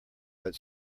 but